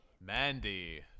Mandy